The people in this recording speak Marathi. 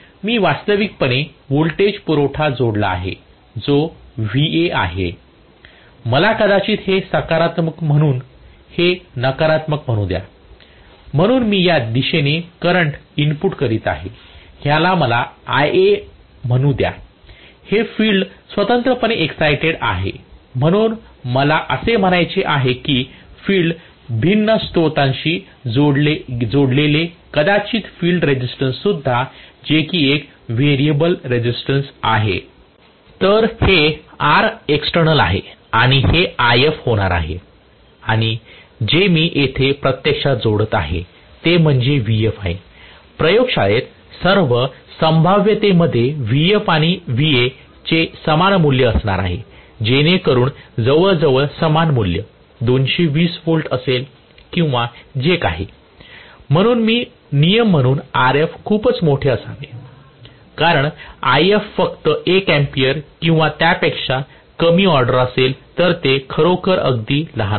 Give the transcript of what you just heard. मी वास्तविकपणे व्होल्टेज पुरवठा जोडला आहे जो Va आहे मला कदाचित हे सकारात्मक म्हणून हे नकारात्मक म्हणू द्या म्हणून मी या दिशेने करंट इनपुट करीत आहे ह्याला मला Ia म्हणू द्या हे फिल्ड स्वतंत्रपणे एक्साईटेड आहे म्हणून मला असे म्हणायचे आहे कि फील्ड भिन्न स्त्रोताशी जोडलेले कदाचित फील्ड रेझिस्टन्स सुद्धा जे कि एक व्हेरिएबल रेसिस्टन्स आहे तर हे RExternal आहे आणि हे IF होणार आहे आणि जे मी येथे प्रत्यक्षात जोडत आहे ते म्हणजे Vf आहे प्रयोगशाळेत सर्व संभाव्यतेमध्ये Vf आणि Va चे समान मूल्य असणार आहे जेणेकरून जवळजवळ समान मूल्य 220 व्होल्ट असेल किंवा जे काही म्हणून मी नियम म्हणून Rf खूपच मोठे असावे कारण IF फक्त एक अँपेअर किंवा त्यापेक्षा कमी ऑर्डर असेल तर ते खरोखर अगदी लहान असेल